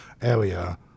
area